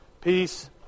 Peace